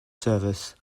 service